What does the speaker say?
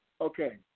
Okay